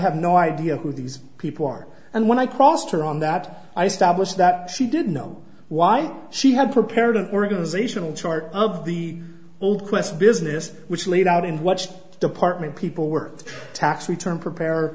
have no idea who these people are and when i crossed her on that i stopped was that she didn't know why she had prepared an organizational chart of the old quest business which laid out in what department people worked tax return preparer